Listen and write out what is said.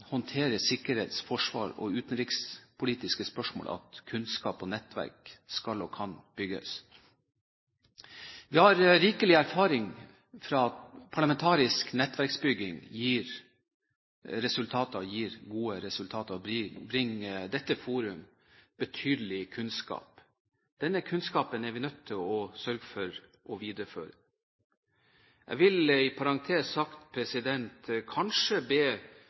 sikkerhets-, forsvars- og utenrikspolitiske spørsmål, kunnskap og nettverk skal og kan bygges. Vi har rikelig erfaring med at parlamentarisk nettverksbygging gir gode resultater og bringer dette forum betydelig kunnskap. Denne kunnskapen er vi nødt til å sørge for å videreføre. Jeg vil i parentes bemerket kanskje